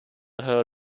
hurt